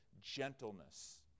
gentleness